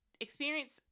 experience